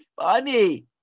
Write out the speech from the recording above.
funny